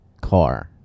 car